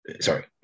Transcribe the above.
Sorry